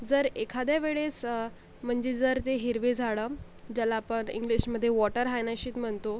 जर एखाद्या वेळेस म्हणजे जर ते हिरवे झाडं ज्याला आपण इंग्लिशमधे वॉटर हायनाशीत म्हणतो